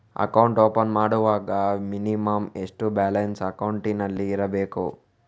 Account open ಮಾಡುವಾಗ minimum ಎಷ್ಟು balance ಅಕೌಂಟಿನಲ್ಲಿ ಇರಬೇಕು?